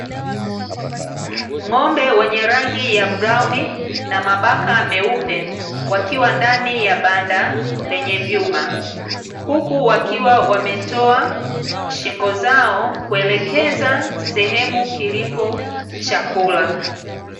Ng'ombe wenye rangi ya brauni na mabaka meupe, wakiwa ndani ya banda lenye vyuma. Huku wakiwa wametoa shingo zao kuelekeza sehemu kilipo chakula.